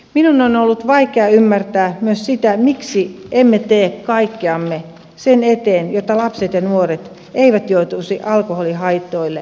minun on ollut vaikea ymmärtää myös sitä miksi emme tee kaikkeamme sen eteen jotta lapset ja nuoret eivät joutuisi alkoholin haitoille alttiiksi